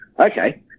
Okay